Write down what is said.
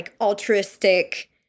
altruistic